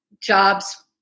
jobs